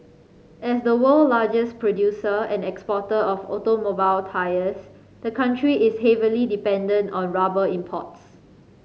as the world's largest producer and exporter of automobile tyres the country is heavily dependent on rubber imports